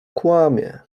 kłamie